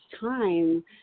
time